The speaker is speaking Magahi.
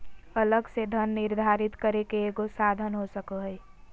अलग से धन निर्धारित करे के एगो साधन हो सको हइ